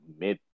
mid